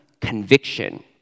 conviction